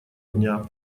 дня